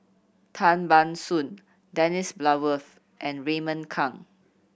Tan Ban Soon Dennis Bloodworth and Raymond Kang